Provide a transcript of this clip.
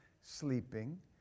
sleeping